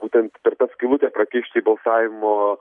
būtent per tą skylutę prakišti į balsavimo